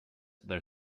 their